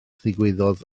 ddigwyddodd